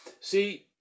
See